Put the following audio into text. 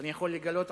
אני יכול לגלות,